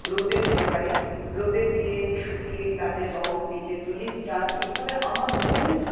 রোদে দিতে পারি রোদে দিয়ে শুকিয়ে তাতে রং নিজের তুলির টান এভাবে আমার মনের